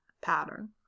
pattern